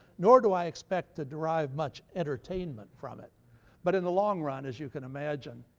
nor do i expect to derive much entertainment from it but in the long run, as you can imagine,